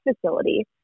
facility